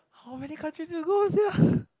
how many countries did you go sia